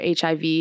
HIV